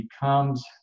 becomes